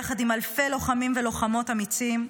יחד עם אלפי לוחמים ולוחמות אמיצים,